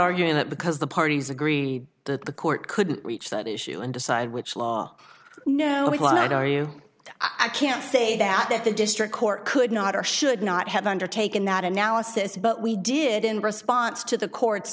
arguing that because the parties agree that the court couldn't reach that issue and decide which law nobody wanted are you i can say that that the district court could not or should not have undertaken that analysis but we did in response to the court